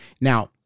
Now